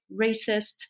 racist